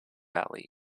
valley